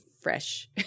fresh